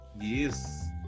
Yes